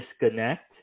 disconnect